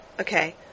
Okay